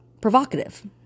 provocative